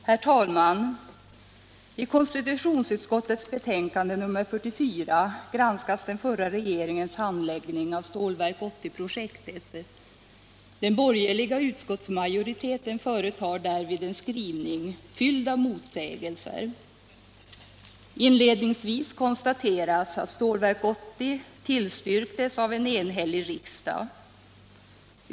Herr talman! I konstitutionsutskottets betänkande 1976/77:44 granskas den förra regeringens handläggning av Stålverk 80-projektet. Den bor gerliga utskottsmajoriteten företar därvid en skrivning fylld av motsägelser. Inledningsvis konstateras att Stålverk 80 tillstyrktes av en enhällig riksdag.